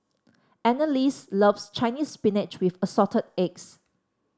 Annalise loves Chinese Spinach with Assorted Eggs